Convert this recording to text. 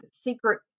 secret